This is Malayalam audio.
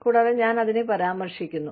കൂടാതെ ഞാൻ അതിനെ പരാമർശിക്കുന്നു